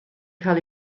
cael